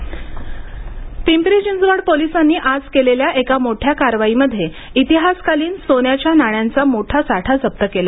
शिवकालीन नाणी पिंपरी चिंचवड पोलिसांनी आज केलेल्या एका मोठ्या कारवाईमध्ये इतिहासकालीन सोन्याच्या नाण्यांचा मोठा साठा जप्त केला